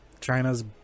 China's